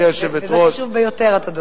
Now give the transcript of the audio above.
זה חשוב ביותר, התודות.